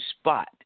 spot